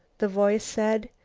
the voice said,